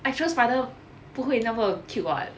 actual spider 不会那么 cute [what]